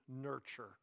nurture